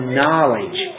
knowledge